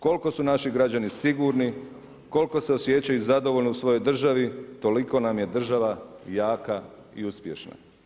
Koliko su naši građani sigurni, koliko se osjećaju zadovoljno u svojoj državi, toliko nam je država jaka i uspješna.